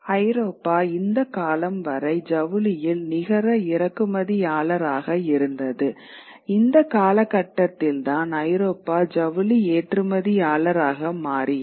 ஐரோப்பா இந்தக் காலம் வரை ஜவுளியில் நிகர இறக்குமதியாளராக இருந்தது இந்த காலகட்டத்தில்தான் ஐரோப்பா ஜவுளி ஏற்றுமதியாளராக மாறியது